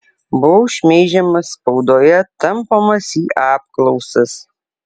buvau šmeižiamas spaudoje tampomas į apklausas